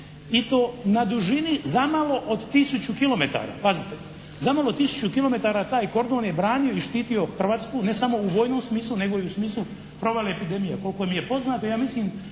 i to na dužini zamalo od tisuću kilometara, pazite. Zamalo tisuću kilometara taj kordon je branio i štitio Hrvatsku, ne samo u vojnom smislu nego i u smislu provale epidemije. Koliko mi je poznato